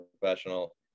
professional